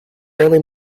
early